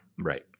Right